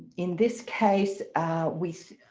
in this case we,